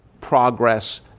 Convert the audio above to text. progress